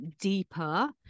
deeper